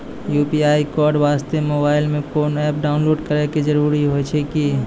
UPI code वास्ते mobile मे कोय एप्प डाउनलोड करे के जरूरी होय छै की?